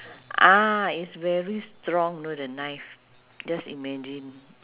ah it's very strong you know the knife just imagine